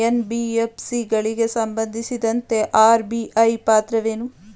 NBFC ಗಳಿಗೆ ಸಂಬಂಧಿಸಿದಂತೆ RBI ಪಾತ್ರವೇನು?